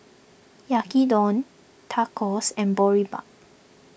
Yaki don Tacos and Boribap